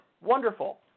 Wonderful